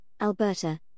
Alberta